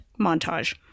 montage